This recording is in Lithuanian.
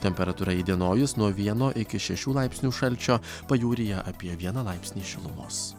temperatūra įdienojus nuo vieno iki šešių laipsnių šalčio pajūryje apie vieną laipsnį šilumos